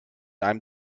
einem